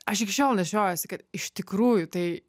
aš iki šiol nešiojuosi kad iš tikrųjų tai